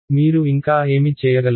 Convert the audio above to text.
మీరు ఇంకా ఏమి చేయగలరు